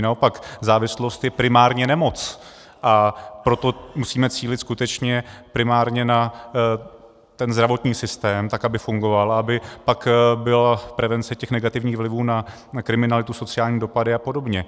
Naopak, závislost je primárně nemoc, a proto musíme cílit skutečně primárně na ten zdravotní systém tak, aby fungoval, aby pak byla prevence těch negativních vlivů na kriminalitu, sociální dopady apod.